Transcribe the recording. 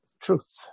Truth